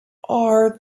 are